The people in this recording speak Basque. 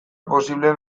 posibleen